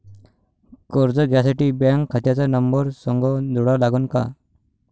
कर्ज घ्यासाठी बँक खात्याचा नंबर संग जोडा लागन का?